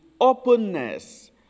openness